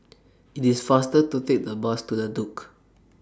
IT IS faster to Take The Bus to The Duke